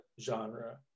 genre